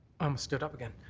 i'm stood up again.